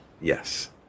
Yes